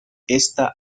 esta